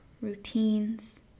routines